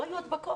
לא היו הדבקות.